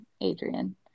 Adrian